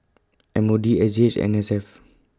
M O D S G H and N S F